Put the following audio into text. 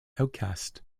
outcast